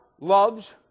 loves